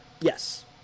Yes